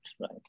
right